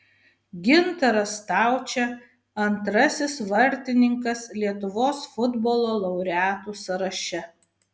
gintaras staučė antrasis vartininkas lietuvos futbolo laureatų sąraše